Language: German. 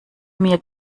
mir